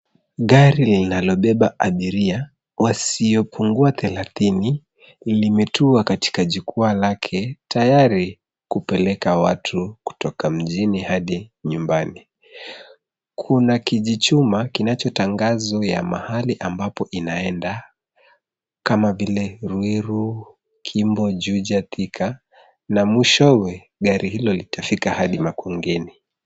Gari linalobeba abiria wasiopungua thelathini linatua katika jukwaa lake tayari kupeleka watu kutoka mjini hadi nyumbani. Kuna kijichuma kinacho tangazo ya mahali ambapo inaenda kama vile Ruiru, Kimbo, Juja, Thika na mwishowe gari hilo litafika hadi makongeni.